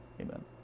Amen